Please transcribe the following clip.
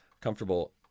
comfortable